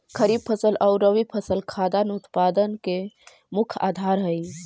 खरीफ फसल आउ रबी फसल खाद्यान्न उत्पादन के मुख्य आधार हइ